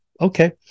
Okay